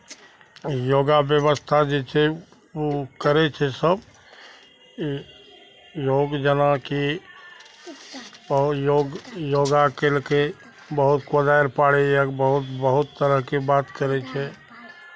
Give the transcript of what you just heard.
योगा व्यवस्था जे छै ओ करै छै सभ ई योग जेनाकि योग योगा केलकै बहुत कोदारि पाड़ैए बहुत बहुत तरहके बात करै छै